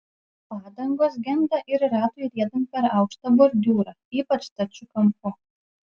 padangos genda ir ratui riedant per aukštą bordiūrą ypač stačiu kampu